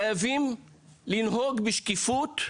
חייבים לנהוג בשקיפות.